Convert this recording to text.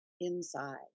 Inside